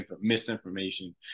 misinformation